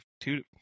two